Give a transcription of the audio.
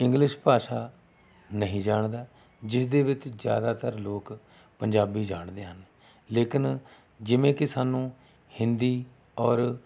English ਭਾਸ਼ਾ ਨਹੀਂ ਜਾਣਦਾ ਜਿਸ ਦੇ ਵਿੱਚ ਜ਼ਿਆਦਤਰ ਲੋਕ ਪੰਜਾਬੀ ਜਾਣਦੇ ਹਨ ਲੇਕਿਨ ਜਿਵੇਂ ਕਿ ਸਾਨੂੰ ਹਿੰਦੀ ਔਰ